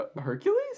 Hercules